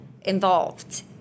involved